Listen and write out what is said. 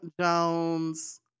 Jones